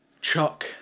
chuck